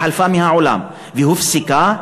שחלפה מהעולם והופסקה,